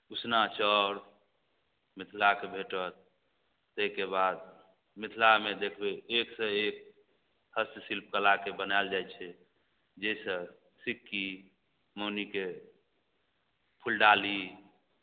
उसना चाउर मिथिलाके भेटत तैके बाद मिथिलामे देखबय एकसँ एक हस्तशिल्प कलाके बनायल जाइ छै जैसे सिक्की मौनीके फुलडाली